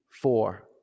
four